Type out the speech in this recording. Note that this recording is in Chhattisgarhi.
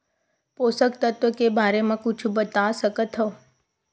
पोषक तत्व के बारे मा कुछु बता सकत हवय?